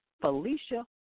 Felicia